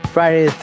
Friday